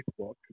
Facebook